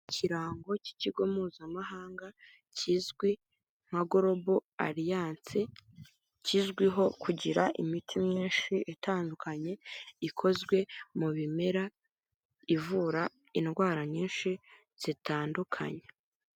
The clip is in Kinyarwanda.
Ikirango cy'ikigo Mpuzamahanga, kizwi nka Globol Alliance, kizwiho kugira imiti myinshi itandukanye ikozwe mu bimera ivura indwara nyinshi zitandukanye.